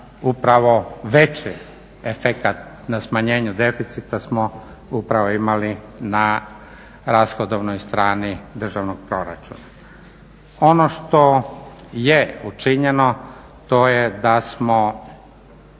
veći efekat na smanjenju deficita smo upravo imali na rashodovnoj strani državnog proračuna. Ono što je učinjeno to je da smo